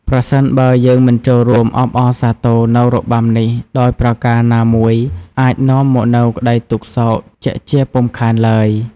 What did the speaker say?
ប្រសិនបើយើងមិនចូលរួមអបអរសាទរនូវរបាំនេះដោយប្រការណាមួយ អាចនាំមកនូវក្ដីទុក្ខសោកជាក់ជាពុំខានឡើយ។